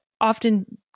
often